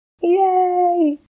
Yay